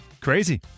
Crazy